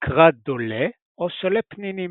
נקרא דולה או שולה פנינים.